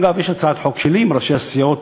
אגב, יש הצעת חוק שלי, עם ראשי הסיעות,